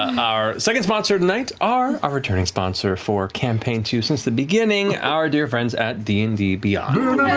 our second sponsor tonight are our returning sponsor for campaign two, since the beginning, our dear friends at d and d beyond.